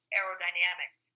aerodynamics